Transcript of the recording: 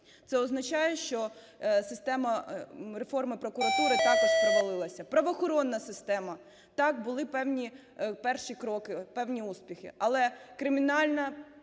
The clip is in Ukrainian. Це означає, що система реформи прокуратури також провалилася. Правоохоронна система. Так, були певні перші кроки, певні успіхи.